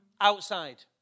outside